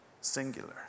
singular